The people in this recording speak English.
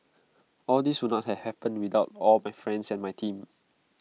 all this would not had happened without all my friends and my team